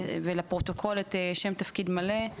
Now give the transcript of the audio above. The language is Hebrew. כן.